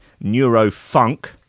neuro-funk